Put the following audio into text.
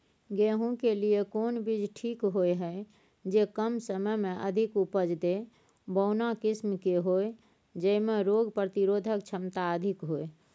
गेहूं के लिए कोन बीज ठीक होय हय, जे कम समय मे अधिक उपज दे, बौना किस्म के होय, जैमे रोग प्रतिरोधक क्षमता अधिक होय?